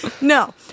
No